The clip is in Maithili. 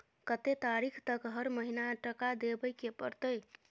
कत्ते तारीख तक हर महीना टका देबै के परतै?